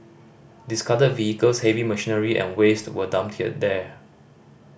discarded vehicles heavy machinery and waste were dumped there